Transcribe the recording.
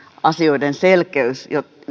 asioiden selkeys